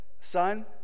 Son